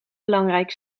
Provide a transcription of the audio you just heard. belangrijk